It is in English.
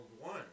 One